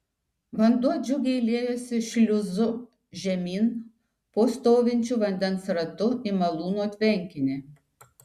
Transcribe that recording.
vanduo džiugiai liejosi šliuzu žemyn po stovinčiu vandens ratu į malūno tvenkinį